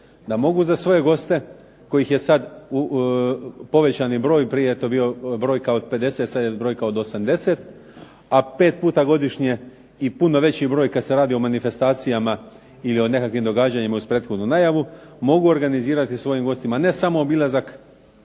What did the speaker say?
da mogu za svoje goste koji je sada u povećanom broju, prije je to bila brojka od 50 sada je brojka od 80, a pet puta godišnje i puno veći broj kada se radi o manifestacijama ili o nekakvim događanjima uz prethodnu najavu, mogu organizirati svojim gostima ne samo obilazak